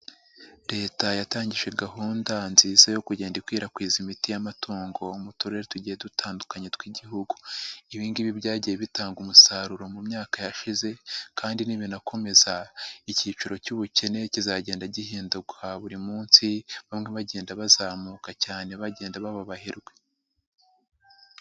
Leta yatangije gahunda nziza yo kugenda ikwirakwiza imiti y'amatungo mu turere tugiye dutandukanye tw'igihugu. Ibi ngibi byagiye bitanga umusaruro mu myaka yashize kandi nibakomeza icyiciro cy'ubukene kizagenda gihinduka buri munsi, bamwe bagenda bazamuka cyane bagenda baba abaherwe.